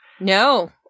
No